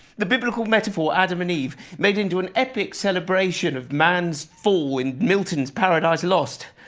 the biblical metaphor, adam and eve, made into an epic celebration of man's fall iin milton's paradise lost,